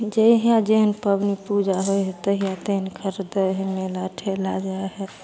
जहिआ जेहन पबनी पूजा होइ हइ तहिआ तेहन खरिदै हइ मेला ठेला जाइ हइ